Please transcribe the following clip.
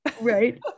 right